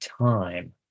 time